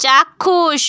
চাক্ষুষ